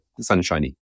sunshiny